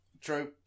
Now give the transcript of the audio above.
true